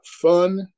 fun